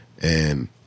And-